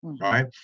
right